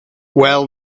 well